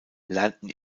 lernten